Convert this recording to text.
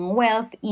wealth